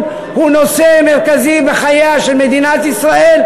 הוא נושא מרכזי בחייה של מדינת ישראל,